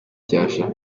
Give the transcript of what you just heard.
icyasha